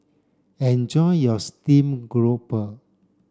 enjoy your steamed grouper